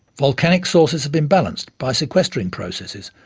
volcanic sources have been balanced by sequestering processes,